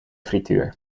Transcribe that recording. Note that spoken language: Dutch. frituur